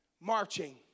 marching